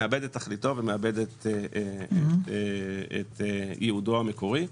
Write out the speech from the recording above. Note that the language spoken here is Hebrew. הוא מאבד את תכליתו ומאבד את ייעודו המקורי.